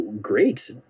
great